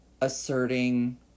asserting